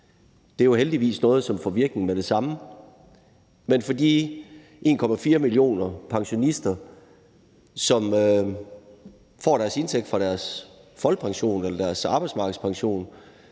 Det er jo heldigvis noget, som får virkning med det samme. Men for de 1,4 millioner pensionister, som får deres indtægt fra deres folkepension eller deres arbejdsmarkedspension,